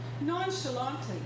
nonchalantly